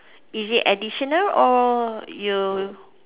is it additional or you